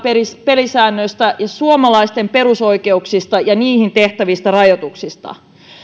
pelisäännöistä ja suomalaisten perusoikeuksista ja niihin tehtävistä rajoituksista